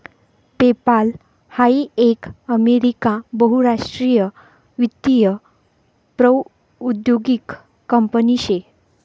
PayPal हाई एक America बहुराष्ट्रीय वित्तीय प्रौद्योगीक कंपनी शे